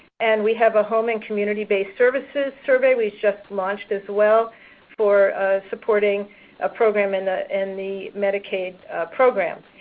and we have a home and community-based services survey we just launched as well for supporting a program in ah in the medicaid program.